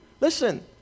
Listen